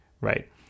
right